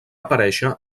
aparèixer